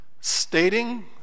stating